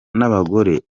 n’abagore